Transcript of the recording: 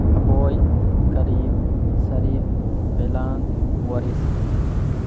ꯑꯕꯣꯏ ꯀꯔꯤꯝ ꯁꯔꯤꯐ ꯗꯦꯂꯥꯟ ꯋꯥꯔꯤꯁ